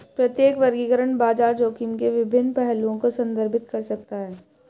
प्रत्येक वर्गीकरण बाजार जोखिम के विभिन्न पहलुओं को संदर्भित कर सकता है